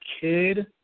kid